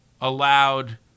allowed